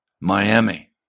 Miami